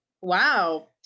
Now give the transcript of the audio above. wow